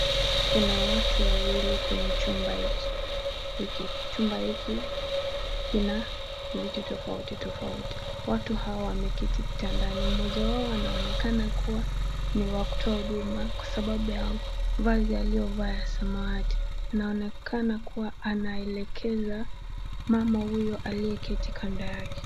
Kuna watu wawili kwenye chumba hiki, Chumba hiki kina vitu tofauti tofauti. Watu hawa wameketi kitandani mmoja wao anaonekana kuwa ni wa kutoa huduma kwa sababu ya vazi aliovaa ya samawati na inaonekana kuwa anaelekeza mama huyo aliyeketi kando yake.